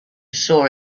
saw